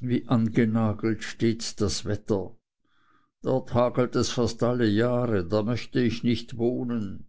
wie angenagelt steht das wetter dort hagelt es fast alle jahre da möchte ich nicht wohnen